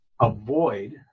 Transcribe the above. avoid